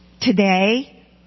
Today